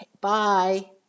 Bye